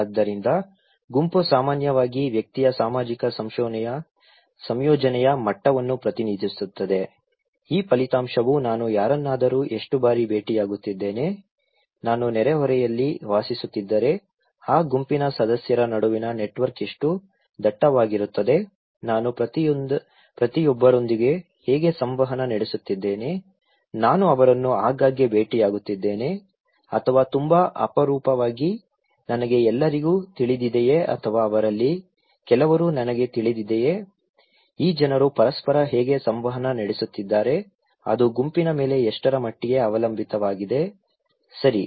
ಆದ್ದರಿಂದ ಗುಂಪು ಸಾಮಾನ್ಯವಾಗಿ ವ್ಯಕ್ತಿಯ ಸಾಮಾಜಿಕ ಸಂಯೋಜನೆಯ ಮಟ್ಟವನ್ನು ಪ್ರತಿನಿಧಿಸುತ್ತದೆ ಈ ಫಲಿತಾಂಶವು ನಾನು ಯಾರನ್ನಾದರೂ ಎಷ್ಟು ಬಾರಿ ಭೇಟಿಯಾಗುತ್ತಿದ್ದೇನೆ ನಾನು ನೆರೆಹೊರೆಯಲ್ಲಿ ವಾಸಿಸುತ್ತಿದ್ದರೆ ಆ ಗುಂಪಿನ ಸದಸ್ಯರ ನಡುವಿನ ನೆಟ್ವರ್ಕ್ ಎಷ್ಟು ದಟ್ಟವಾಗಿರುತ್ತದೆ ನಾನು ಪ್ರತಿಯೊಬ್ಬರೊಂದಿಗೆ ಹೇಗೆ ಸಂವಹನ ನಡೆಸುತ್ತಿದ್ದೇನೆ ನಾನು ಅವರನ್ನು ಆಗಾಗ್ಗೆ ಭೇಟಿಯಾಗುತ್ತಿದ್ದೇನೆ ಅಥವಾ ತುಂಬಾ ಅಪರೂಪವಾಗಿ ನನಗೆ ಎಲ್ಲರಿಗೂ ತಿಳಿದಿದೆಯೇ ಅಥವಾ ಅವರಲ್ಲಿ ಕೆಲವರು ನನಗೆ ತಿಳಿದಿದೆಯೇ ಈ ಜನರು ಪರಸ್ಪರ ಹೇಗೆ ಸಂವಹನ ನಡೆಸುತ್ತಿದ್ದಾರೆ ಅದು ಗುಂಪಿನ ಮೇಲೆ ಎಷ್ಟರ ಮಟ್ಟಿಗೆ ಅವಲಂಬಿತವಾಗಿದೆ ಸರಿ